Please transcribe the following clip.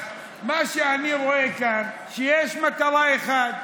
אז מה שאני רואה כאן זה שיש מטרה אחת: